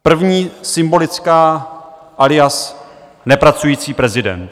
První, symbolická alias nepracující prezident.